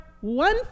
one